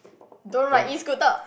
don't